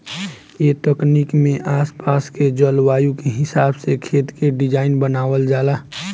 ए तकनीक में आस पास के जलवायु के हिसाब से खेत के डिज़ाइन बनावल जाला